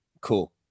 cool